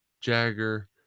Jagger